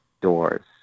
Doors